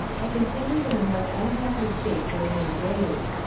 i continued in a most unhappy state for many days.